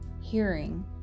hearing